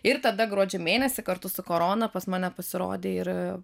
ir tada gruodžio mėnesį kartu su korona pas mane pasirodė ir